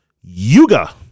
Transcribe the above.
Yuga